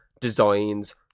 designs